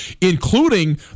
including